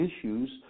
issues